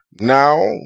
now